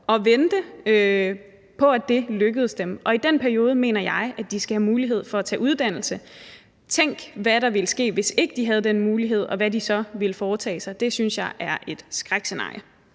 og vente på, at det lykkes dem, og i den periode mener jeg de skal have mulighed for at tage en uddannelse. Tænk, hvad der ville ske, hvis ikke de havde den mulighed, og hvad de så ville foretage sig. Det synes jeg er et skrækscenarie.